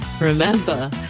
remember